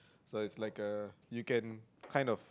so it's like a you can kind of